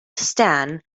stan